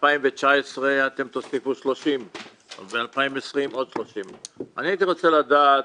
ב-2019 אתם תוסיפו 30 וב-2020 עוד 30. אני הייתי רוצה לדעת